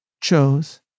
chose